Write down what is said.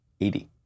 80